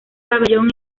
pabellón